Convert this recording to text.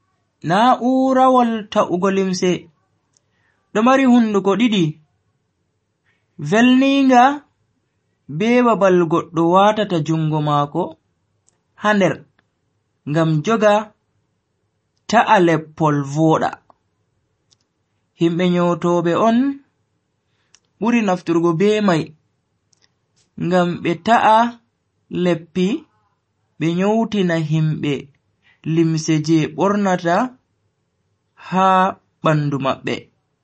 Na'urawol ta'ugo limse do mari hunduko didi velninga be babal goddo watata jungo mako ha nder ngam joga ta'a leppol voda. himbe nyowtobe on buri nafturgo be mai ngam be ta'a leppi be nyowtina himbe limse je be bornata ha bandu mabbe.